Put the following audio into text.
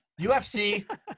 UFC